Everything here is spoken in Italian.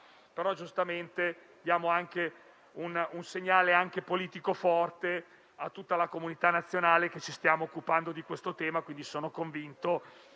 ma, giustamente, diamo anche un segnale politico forte, a tutta la comunità nazionale, che ci stiamo occupando del tema. E, sono convinto